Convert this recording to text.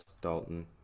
Dalton